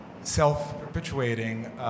self-perpetuating